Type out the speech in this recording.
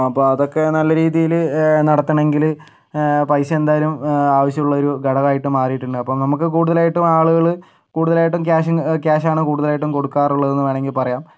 അപ്പോൾ അതൊക്കെയാണ് നല്ല രീതിയിൽ നടത്തണെങ്കില് പൈസ എന്തായാലും ആവശ്യമുള്ളൊരു ഘടകമായിട്ടു മാറിയിട്ടുണ്ട് അപ്പം നമുക്ക് കൂടുതലായിട്ടും ആളുകള് കൂടുതലായിട്ടും ക്യാഷ് അങ്ങ് ക്യാഷ് ആണ് കൂടുതലായിട്ടും കൊടുക്കാറുള്ളതെന്നു വേണെങ്കിൽ പറയാം